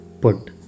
put